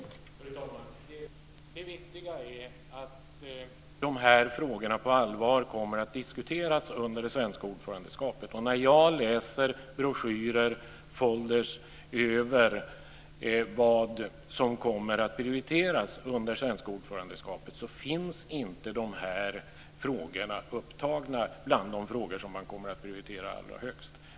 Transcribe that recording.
Fru talman! Det viktiga är att dessa frågor på allvar kommer att diskuteras under det svenska ordförandeskapet. Och när jag läser broschyrer och foldrar om vad som kommer att prioriteras under det svenska ordförandeskapet så finns inte dessa frågor upptagna bland de frågor som man kommer att prioritera allra högst.